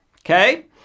okay